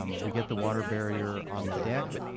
um we get the water barrier on the deck